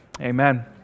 Amen